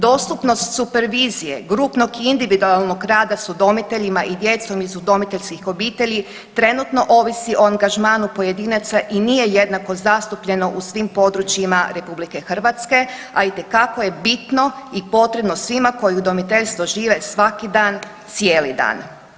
Dostupnost supervizije, grupnog i individualnog rada s udomiteljima i djecom iz udomiteljskih obitelji trenutno ovisi o angažmanu pojedinaca i nije jednako zastupljeno u svim područjima RH, a itekako je bitno i potrebno svima koji udomiteljstvo žive svaki dan cijeli dan.